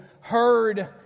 heard